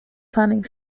planning